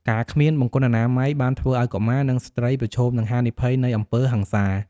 ការគ្មានបង្គន់អនាម័យបានធ្វើឱ្យកុមារ និងស្ត្រីប្រឈមនឹងហានិភ័យនៃអំពើហិង្សា។